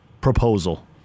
proposal